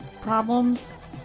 problems